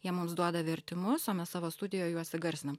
jie mums duoda vertimus o mes savo studijoje juos įgarsinam